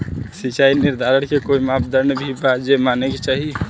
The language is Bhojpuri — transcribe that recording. सिचाई निर्धारण के कोई मापदंड भी बा जे माने के चाही?